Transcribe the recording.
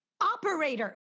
Operator